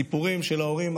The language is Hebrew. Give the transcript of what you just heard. הסיפורים של ההורים,